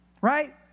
right